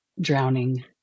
drowning